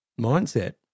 mindset